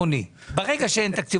שהתחייבו